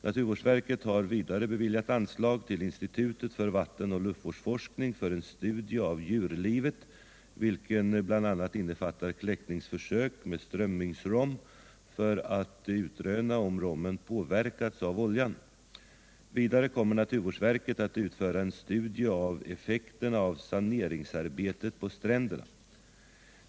Naturvårdsverket har vidare beviljat anslag till Institutet för vattenoch luftvårdsforskning för en studie av djurlivet, vilken bl.a. innefattar kläckningsförsök med strömmingsrom för att utröna om rommen påverkats av oljan. Vidare kommer naturvårdsverket att utföra en studie av effekterna av saneringsarbetet på stränderna.